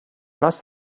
must